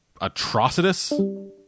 Atrocitus